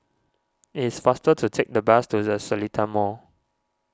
it is faster to take the bus to the Seletar Mall